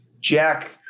Jack